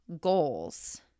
goals